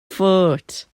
foot